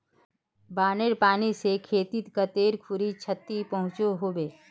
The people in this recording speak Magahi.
बानेर पानी से खेतीत कते खुरी क्षति पहुँचो होबे?